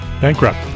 Bankrupt